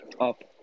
Up